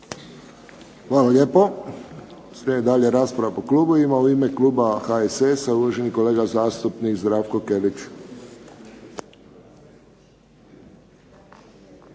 Hvala lijepo. Slijedi dalje rasprava po klubovima. U ime Kluba HSS-a uvaženi zastupnik Zdravko Kelić.